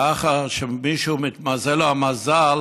לאחר שמישהו מתמזל לו המזל